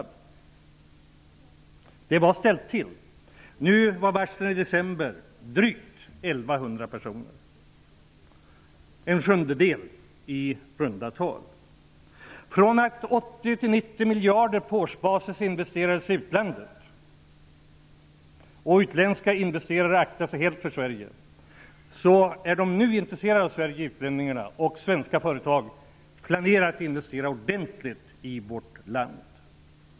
Det var tillställt! Nu i december var drygt 1 100 personer varslade, dvs. i runt tal en sjundedel så många. Då investerades 80--90 miljarder per år i utlandet, och utländska investerare aktade sig noga för Sverige. Nu är utlänningarna intresserade av Sverige, och svenska företag planerar att investera ordentligt i vårt land.